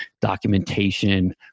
documentation